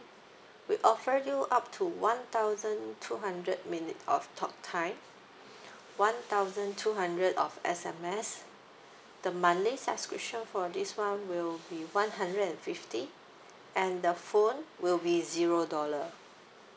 we offer you up to one thousand two hundred minutes of talk time one thousand two hundred of S_M_S the monthly subscription for this one will be one hundred and fifty and the phone will be zero dollar